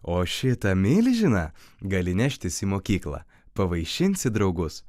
o šitą milžiną gali neštis į mokyklą pavaišinsi draugus